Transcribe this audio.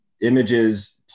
images